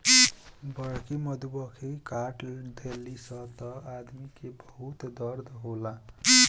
बड़की मधुमक्खी काट देली सन त आदमी के बहुत दर्द होखेला